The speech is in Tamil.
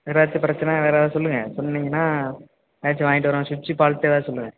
வேறு எதாச்சும் பிரச்சனை வேறு ஏதாவது சொல்லுங்கள் சொன்னிங்கன்னா எதாச்சும் வாங்கிகிட்டு வரேன் ஸ்விட்ச்சு ஃபால்ட்டு சொல்லுங்கள்